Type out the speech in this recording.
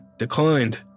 declined